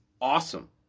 awesome